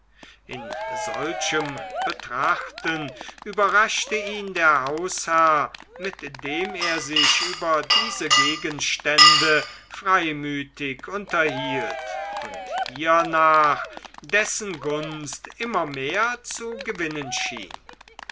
in solchem betrachten überraschte ihn der hausherr mit dem er sich über diese gegenstände freimütig unterhielt und hiernach dessen gunst immer mehr zu gewinnen schien